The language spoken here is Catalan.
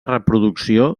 reproducció